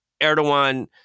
Erdogan